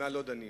מה לא דנים.